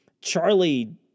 Charlie